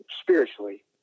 spiritually